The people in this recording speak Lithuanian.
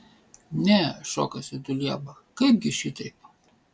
ne šokasi dulieba kaipgi šitaip